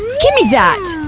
give me that!